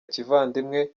kivandimwe